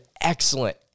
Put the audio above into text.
excellent